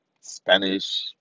Spanish